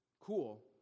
Cool